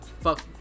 Fuck